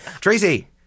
Tracy